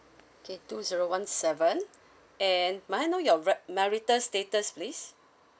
okay two zero one seven and may I know your ra~ marital status please